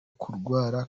kurwara